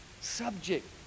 subject